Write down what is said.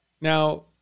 Now